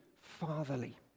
Fatherly